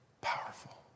powerful